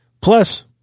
plus